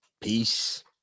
peace